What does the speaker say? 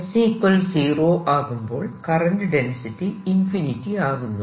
s 0 ആകുമ്പോൾ current density infinity ആകുന്നു